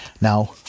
Now